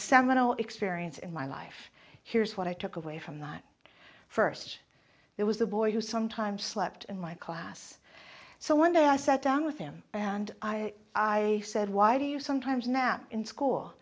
seminal experience in my life here's what i took away from that first there was the boy who sometimes slept in my class so one day i sat down with him and i said why do you sometimes now in